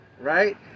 right